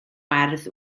werdd